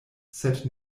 sed